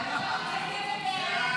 חוק בתי דין רבניים (קיום פסקי דין של גירושין) (תיקון מס' 9),